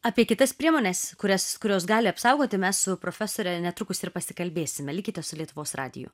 apie kitas priemones kurias kurios gali apsaugoti mes su profesore netrukus ir pasikalbėsime likite su lietuvos radiju